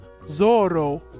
zorro